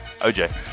OJ